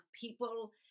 people